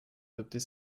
adopter